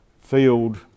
field